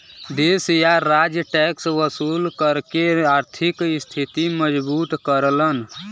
देश या राज्य टैक्स वसूल करके आर्थिक स्थिति मजबूत करलन